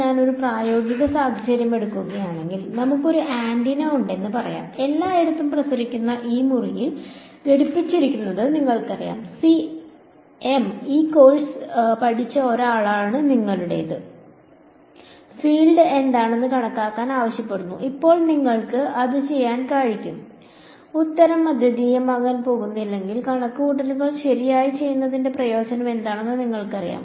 ഞാൻ ഒരു പ്രായോഗിക സാഹചര്യം എടുക്കുകയാണെങ്കിൽ നമുക്ക് ഒരു ആന്റിന ഉണ്ടെന്ന് പറയാം എല്ലായിടത്തും പ്രസരിക്കുന്ന ഈ മുറിയിൽ ഘടിപ്പിച്ചിരിക്കുന്നത് നിങ്ങൾക്കറിയാം CM ഈ കോഴ്സ് പഠിച്ച ഒരാളാണ് നിങ്ങളുടേത് ഫീൽഡ് എന്താണെന്ന് കണക്കാക്കാൻ ആവശ്യപ്പെടുന്നു ഇപ്പോൾ നിങ്ങൾ അത് ചെയ്യുക ഉത്തരം അദ്വിതീയമാകാൻ പോകുന്നില്ലെങ്കിൽ കണക്കുകൂട്ടൽ ശരിയായി ചെയ്യുന്നതിന്റെ പ്രയോജനം എന്താണെന്ന് നിങ്ങൾക്കറിയാം